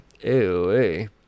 Ew